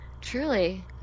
Truly